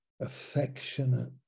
affectionate